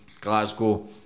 Glasgow